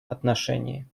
отношении